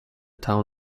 town